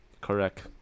Correct